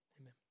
amen